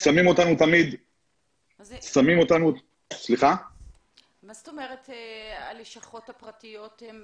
שמים אותנו תמיד --- מה זאת אומרת הלשכות הפרטיות?